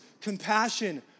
compassion